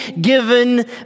given